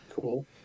Cool